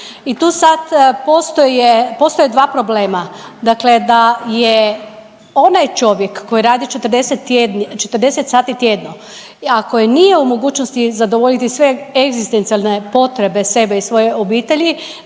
i tu sad postoje, postoje 2 problema. Dakle da je onaj čovjek koji radi 40 sati tjedno, ako nije u mogućnosti zadovoljiti sve egzistencijalne potrebe sebe i svoje obitelji,